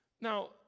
Now